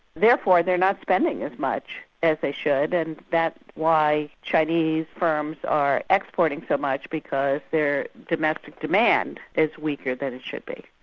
therefore they're not spending as much as they should and that's why chinese firms are exporting so much, because their domestic demand is weaker than it should be.